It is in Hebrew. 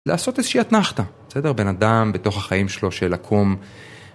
לעשות איזושהי אתנחתא, בסדר? בן אדם, בתוך החיים שלו, של לקום..